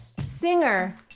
Singer